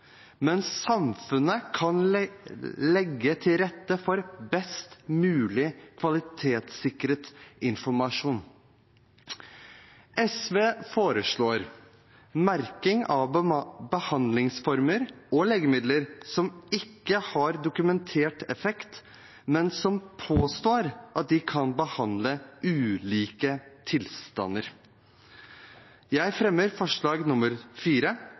men samfunnet kan legge til rette for best mulig kvalitetssikret informasjon. SV foreslår merking av behandlingsformer og legemidler som ikke har dokumentert effekt, men som påstår at de kan behandle ulike tilstander. Jeg fremmer forslag